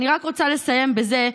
אני רק רוצה לסיים בזה: